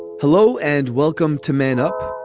hello and welcome to man up,